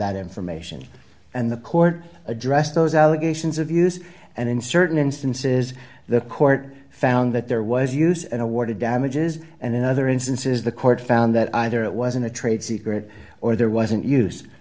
that information and the court addressed those allegations of use and in certain instances the court found that there was use and awarded damages and in other instances the court found that either it wasn't a trade secret or there wasn't use